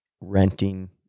renting